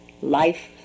life